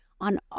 on